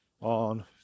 on